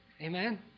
Amen